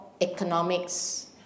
economics